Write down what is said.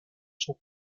sont